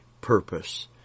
purpose